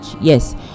Yes